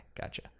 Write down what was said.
Gotcha